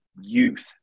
youth